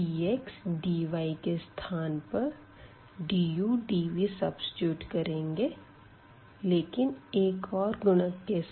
dx dy के स्थान पर du dv सब्सीट्यूट करेंगे लेकिन एक और गुणक के साथ